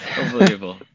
Unbelievable